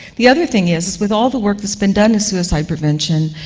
the other thing is, is with all the work that's been done in suicide prevention,